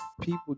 people